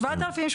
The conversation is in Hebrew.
שבעת אלפים,